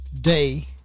day